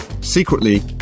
Secretly